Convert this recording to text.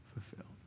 fulfilled